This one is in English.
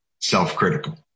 self-critical